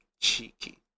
Cheeky